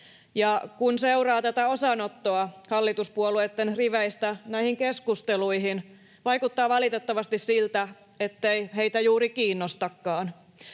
kun seuraa tätä osanottoa hallituspuolueitten riveistä näihin keskusteluihin, vaikuttaa valitettavasti siltä, ettei heitä juuri kiinnostakaan.